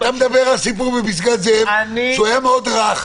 אתה מדבר על הסיפור בפסגת זאב שהוא היה מאוד רך,